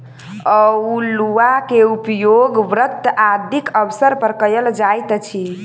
अउलुआ के उपयोग व्रत आदिक अवसर पर कयल जाइत अछि